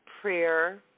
prayer